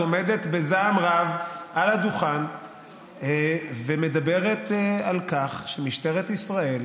עומדת בזעם רב על הדוכן ומדברת על כך שמשטרת ישראל